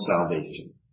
salvation